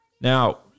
Now